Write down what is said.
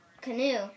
Canoe